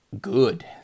good